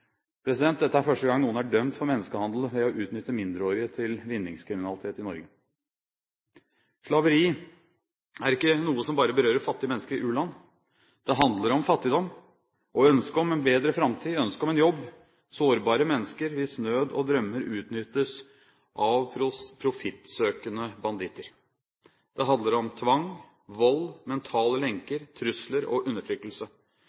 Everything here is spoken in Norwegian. Dette er første gang noen er dømt for menneskehandel ved å utnytte mindreårige til vinningskriminalitet i Norge. Slaveri er ikke noe som bare berører fattige mennesker i u-land. Det handler om fattigdom og ønsket om en bedre framtid, ønsket om en jobb, om sårbare mennesker hvis nød og drømmer utnyttes av profittsøkende banditter. Det handler om tvang, vold, mentale lenker, trusler og undertrykkelse.